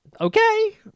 Okay